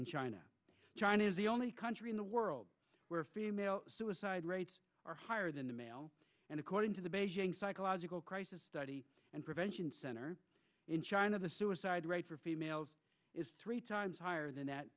in china china is the only country in the world where female suicide rates are higher than the male and according to the beijing psychological crisis study and prevention center in china the suicide rate for females is three times higher than that